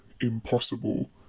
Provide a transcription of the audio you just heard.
impossible